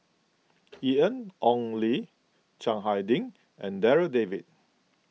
Ian Ong Li Chiang Hai Ding and Darryl David